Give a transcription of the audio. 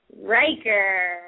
Riker